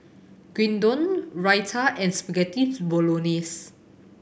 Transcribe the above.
Gyudon Raita and Spaghetti Bolognese